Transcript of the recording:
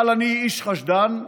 אבל אני איש חשדן,